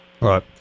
Right